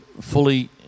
fully